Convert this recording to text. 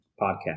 Podcast